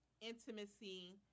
intimacy